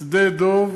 שדה דב,